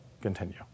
continue